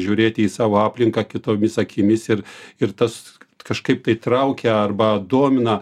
žiūrėti į savo aplinką kitomis akimis ir ir tas kažkaip tai traukia arba domina